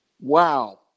Wow